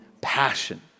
passion